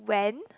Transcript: when